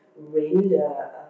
render